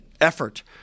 effort